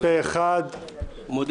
מי